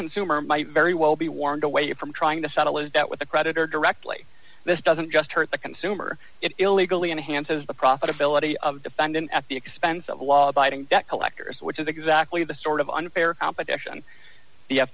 consumer might very well be warned away from trying to settle as debt with the creditor directly this doesn't just hurt the consumer it illegally enhances the profitability of defendant at the expense of law abiding debt collectors which is exactly the sort of unfair competition the f